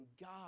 God